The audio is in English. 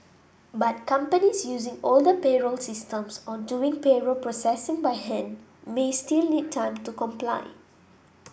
but companies using older payroll systems or doing payroll processing by hand may still need time to comply